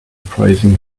praising